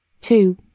Two